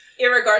Irregardless